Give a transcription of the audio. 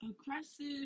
aggressive